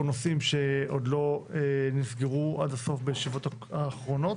נושאים שלא נסגרו עד הסוף בישיבות האחרונות.